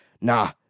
Nah